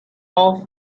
off